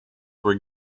were